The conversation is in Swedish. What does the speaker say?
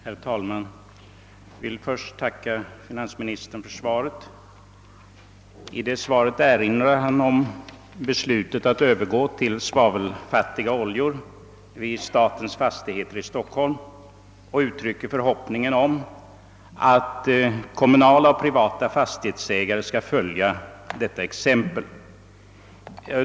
Herr talman! Jag vill först tacka finansministern för svaret. I svaret erinrar statsrådet om beslutet att övergå till svavelfattiga oljor vid statens fastigheter i Stockholm och uttrycker förhoppningen om »att kommunala och privata fastighetsägare skall följa detta exempel».